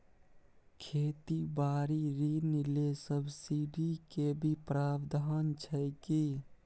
खेती बारी ऋण ले सब्सिडी के भी प्रावधान छै कि?